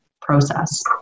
process